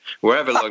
Wherever